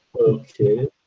Okay